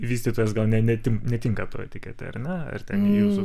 vystytojas gal ne ne tik netinka ta etiketę ar ne ar ten jūsų